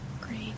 Great